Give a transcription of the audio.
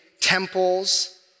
temples